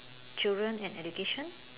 children and education